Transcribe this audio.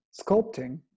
sculpting